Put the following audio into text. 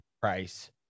price